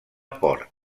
port